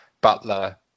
Butler